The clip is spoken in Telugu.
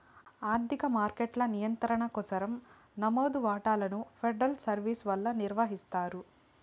ఆర్థిక మార్కెట్ల నియంత్రణ కోసరం నమోదు వాటాలను ఫెడరల్ సర్వీస్ వల్ల నిర్వహిస్తారు